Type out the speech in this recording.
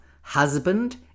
husband